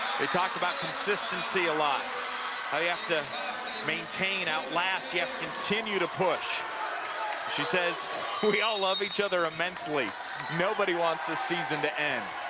they talked about consistency a lot ah you have to maintain, out last you have to continue to push she says we all love each othermensely. nobody wants the season to end.